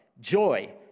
joy